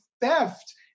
theft